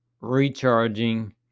recharging